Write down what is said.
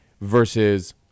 versus